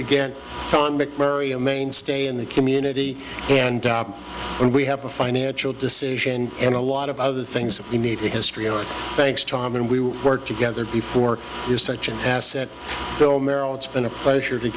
again mary a mainstay in the community and we have a financial decision and a lot of other things you need a history on thanks tom and we will work together before you such an asset bill merrill it's been a pleasure to